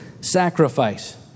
sacrifice